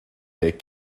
des